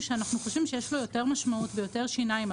שאנחנו חושבים שיש לו יותר משמעות ויותר שיניים.